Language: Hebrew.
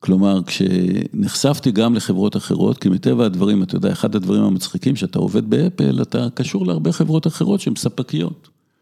כלומר, כשנחשפתי גם לחברות אחרות, כי מטבע הדברים, אתה יודע, אחד הדברים המצחיקים, כשאתה עובד באפל, אתה קשור להרבה חברות אחרות שהן ספקיות.